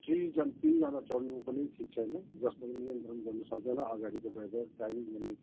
three जन तिनजना चढ्नु पनि ठिक छैन जसमा कि नियन्त्रण गर्न सक्दैन अगाडिको ड्राइभर ड्राइभिङ गर्ने